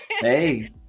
Hey